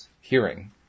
hearing